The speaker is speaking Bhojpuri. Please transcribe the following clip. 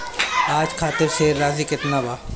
आज खातिर शेष राशि केतना बा?